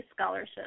Scholarship